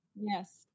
Yes